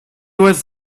was